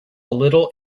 little